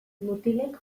mutilek